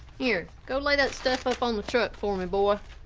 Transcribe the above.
here, go lay that stuff up on the truck for me boy.